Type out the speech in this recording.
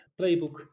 playbook